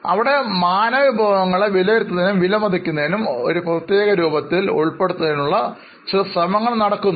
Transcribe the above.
അവിടെ മാനവവിഭവങ്ങളെ വിലയിരുത്തുന്നതിനും വിലമതിക്കുന്നതിനും ഒരു പ്രത്യേക രൂപത്തിൽ ഉൾപ്പെടുത്തുന്നതിന് ചില ശ്രമങ്ങൾ നടക്കുന്നു